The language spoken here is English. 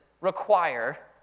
require